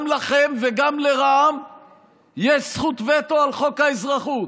גם לכם וגם לרע"מ יש זכות וטו על חוק האזרחות.